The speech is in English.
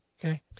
Okay